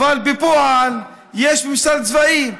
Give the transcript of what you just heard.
אבל בפועל יש ממשל צבאי.